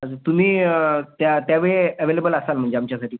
अजून तुम्ही त्या त्यावेळी ॲवेलेबल असाल म्हणजे आमच्यासाठी